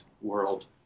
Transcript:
world